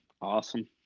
awesome